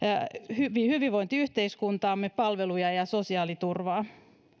hyvinvointiyhteiskuntaamme palveluja ja sosiaaliturvaa